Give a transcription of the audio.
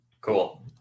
Cool